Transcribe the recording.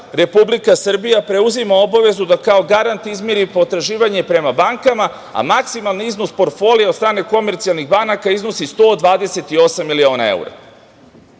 Republika Srbija preuzima obavezu da kao garant izmiri potraživanje prema bankama, a maksimalni iznos portfolio od strane komercijalnih banaka iznosi 128 miliona evra. Pre